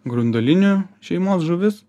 grundalinių šeimos žuvis